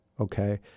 Okay